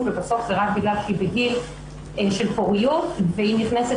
ובסוף זה רק בגלל שהיא בגיל של פוריות והיא נכנסת